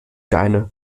deine